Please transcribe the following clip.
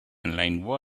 line